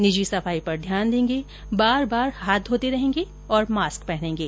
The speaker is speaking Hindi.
निजी सफाई पर ध्यान देंगे बार बार हाथ घोते रहेंगे और मास्क पहनेंगे